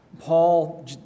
Paul